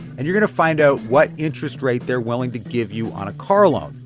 and you're going to find out what interest rate they're willing to give you on a car loan.